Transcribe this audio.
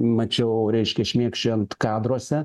mačiau reiškia šmėkščiojant kadruose